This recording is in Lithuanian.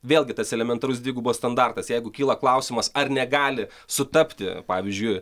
vėlgi tas elementarus dvigubas standartas jeigu kyla klausimas ar negali sutapti pavyzdžiui